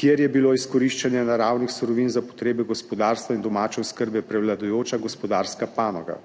kjer je bilo izkoriščanje naravnih surovin za potrebe gospodarstva in domače oskrbe prevladujoča gospodarska panoga.